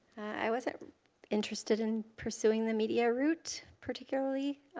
i wasn't interested in pursuing the media route, particularly.